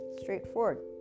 Straightforward